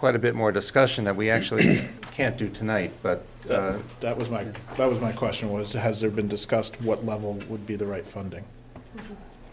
quite a bit more discussion that we actually can't do tonight but that was my that was my question was to has there been discussed what level would be the right funding